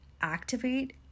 activate